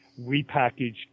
repackaged